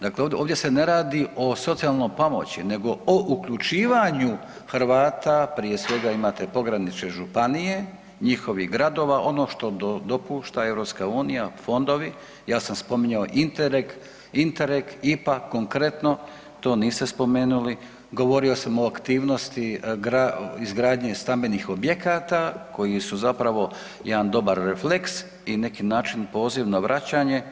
Dakle, ovdje se ne radi o socijalnoj pomoći nego o uključivanju Hrvata prije svega imate pogranične županije, njihovih gradova ono što dopušta EU fondovi, ja sam spominjao INTERREG, INTERREG, IPA konkretno to niste spomenuli, govorio sam o aktivnosti izgradnje stambenih objekata koji su zapravo jedan dobar refleks i neki način poziv na vraćanje.